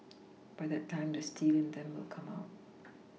by that time the steel in them will come out